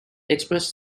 expressed